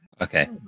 okay